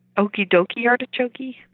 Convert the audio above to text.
dokey dokey artichokey!